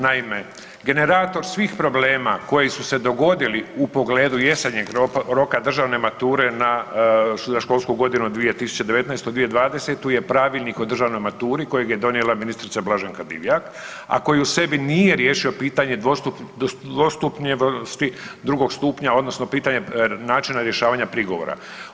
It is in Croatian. Naime, generator svih problema koji su se dogodili u pogledu jesenjeg roka državne mature za školsku godinu 2019/2020 je pravilnik o državnoj maturi kojeg je donijela ministrica Blaženka Divjak, a koji u sebi nije riješio pitanje dostupnosti drugog stupnja odnosno pitanja načina rješavanja prigovora.